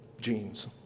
genes